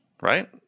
Right